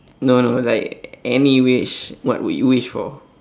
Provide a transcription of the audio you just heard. no no like any wish what would you wish for